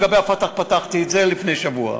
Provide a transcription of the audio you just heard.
לגבי ה"פתח" פתחתי את זה לפני שבוע,